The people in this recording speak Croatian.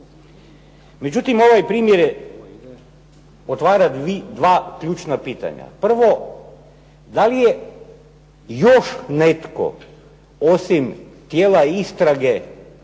Međutim ovaj primjer otvara 2 ključna pitanja. Prvo, da li je još netko osim tijela istrage